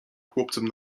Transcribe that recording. chłopcem